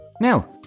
Now